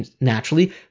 naturally